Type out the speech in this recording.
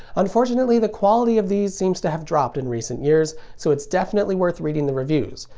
unfortunately the quality of these seems to have dropped in recent years, so it's definitely worth reading the reviews,